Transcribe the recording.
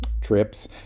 trips